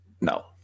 no